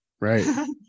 Right